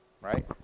right